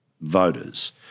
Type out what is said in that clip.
voters